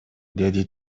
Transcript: деди